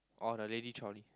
oh the lady trolley